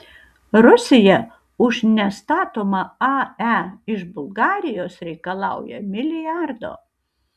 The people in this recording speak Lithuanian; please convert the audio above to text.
rusija už nestatomą ae iš bulgarijos reikalauja milijardo